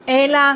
אלא,